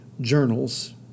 journals